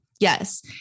Yes